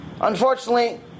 Unfortunately